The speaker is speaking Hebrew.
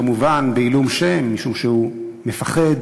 כמובן בעילום שם משום שהוא מפחד.